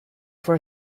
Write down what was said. for